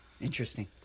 Interesting